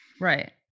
Right